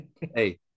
Hey